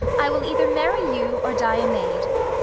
i will either marry you or die a maid,